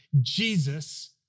Jesus